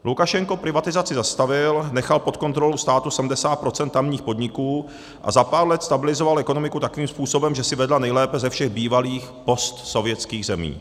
Lukašenko privatizaci zastavil, nechal pod kontrolou státu 70 % tamních podniků a za pár let stabilizoval ekonomiku takovým způsobem, že si vedla nejlépe ze všech bývalých postsovětských zemí.